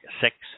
six